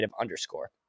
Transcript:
underscore